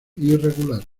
irregular